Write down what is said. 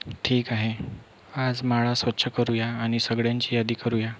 ठीक आहे आज माळा स्वच्छ करूया आणि सगळ्यांची यादी करूया